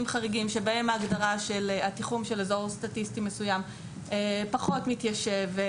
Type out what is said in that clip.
חריגים שבהם ההגדרה של התיחום של אזור סטטיסטי מסוים פחות מתיישב.